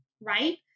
right